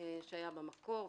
שהיה במקור,